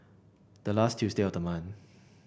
the last Tuesday the month